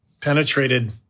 penetrated